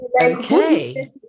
Okay